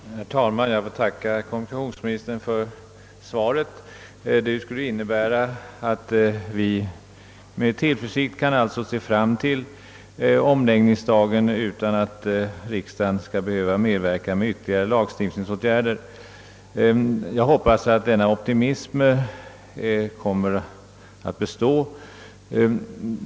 Herr talman! Jag tackar kommunikationsministern för svaret som skulle innebära att vi med tillförsikt kan se fram mot omläggningsdagen utan att riksdagen skall behöva medverka med ytterligare lagstiftningsåtgärder. Jag hoppas att denna optimism kommer att bestå.